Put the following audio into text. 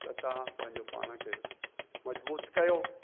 त तव्हां पंहिंजो पाण खे मजबूत कयो